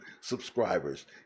subscribers